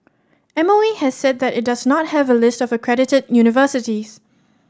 M O E has said that it does not have a list of accredited universities